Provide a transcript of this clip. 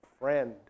Friend